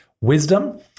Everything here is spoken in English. wisdom